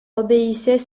obéissait